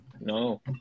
No